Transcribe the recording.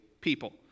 people